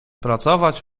pracować